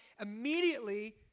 Immediately